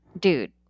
dude